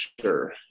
sure